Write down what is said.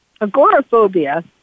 Agoraphobia